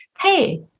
Hey